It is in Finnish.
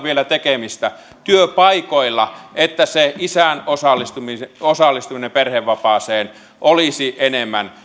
vielä paljon tekemistä työpaikoilla että isän osallistuminen osallistuminen perhevapaaseen olisi enemmän